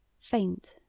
faint